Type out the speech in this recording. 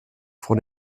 vor